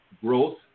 growth